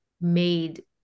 made